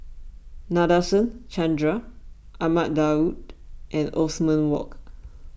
Nadasen Chandra Ahmad Daud and Othman Wok